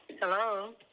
Hello